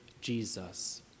jesus